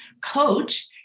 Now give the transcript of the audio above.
Coach